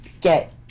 get